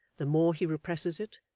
the more he represses it,